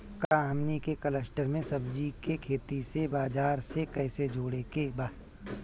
का हमनी के कलस्टर में सब्जी के खेती से बाजार से कैसे जोड़ें के बा?